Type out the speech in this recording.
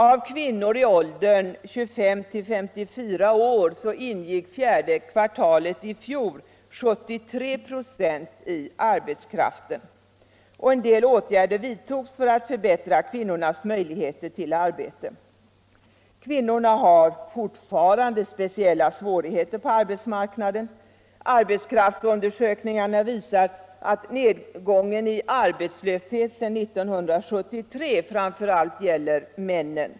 Av kvinnor i åldern 25-54 år ingick under fjärde kvartalet i fjol 73 96 i arbetskraften, och en del åtgärder vidtogs för att förbättra kvinnornas möjligheter till arbete. Men kvinnorna har fortfarande speciella svårigheter på arbetsmarknaden. Arbetskraftsundersökningarna visar att nedgången i arbetslöshet sedan 1973 framför allt gäller männen.